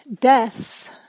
death